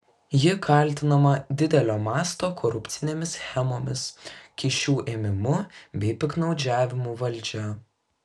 ji kaltinama didelio masto korupcinėmis schemomis kyšių ėmimu bei piktnaudžiavimu valdžia